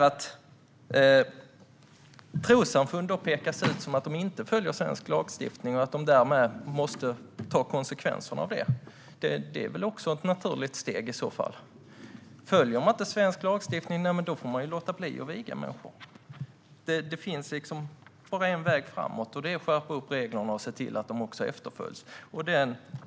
Att trossamfund pekas ut för att inte följa svensk lagstiftning och att de därmed måste ta konsekvenserna av det är väl i så fall också ett naturligt steg? Följer man inte svensk lagstiftning då får man låta bli att viga människor. Det finns bara en väg framåt, och det är att skärpa reglerna och se till att de också följs.